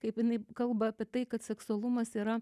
kaip jinai kalba apie tai kad seksualumas yra